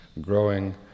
growing